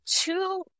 two